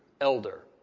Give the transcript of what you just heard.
elder